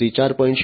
0 industry 4